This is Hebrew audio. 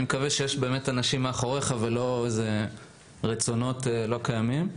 אני מקווה שיש באמת אנשים מאחוריך ולא רצונות לא קיימים.